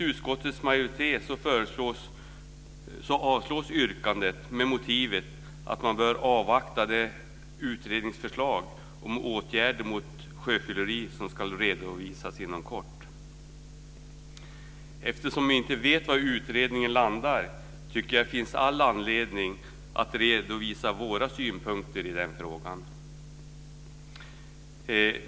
Utskottets majoritet avstyrker yrkandet med motivationen att man bör avvakta det utredningsförslag om åtgärder mot sjöfylleri som ska redovisas inom kort. Eftersom vi inte vet var utredningen landar tycker jag att det finns all anledning att redovisa våra synpunkter i den frågan.